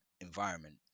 environment